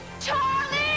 charlie